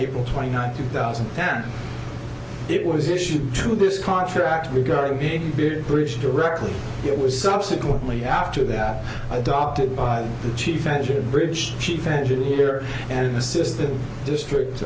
april twenty ninth two thousand that it was issued to this contract regarding the big bridge directly it was subsequently after that i dotted by the chief engineer bridge chief engineer and assistant district